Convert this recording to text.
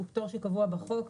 הוא פתור שקבוע בחוק,